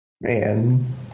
Man